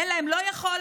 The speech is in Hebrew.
אין להם לא יכולת,